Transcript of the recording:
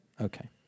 Okay